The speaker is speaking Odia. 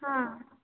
ହଁ